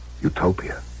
Utopia